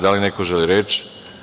Da li neko želi reč?